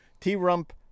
T-Rump